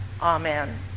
Amen